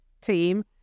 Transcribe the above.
team